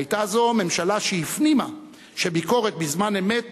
היתה זו הממשלה שהפנימה שביקורת בזמן אמת